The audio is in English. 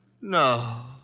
No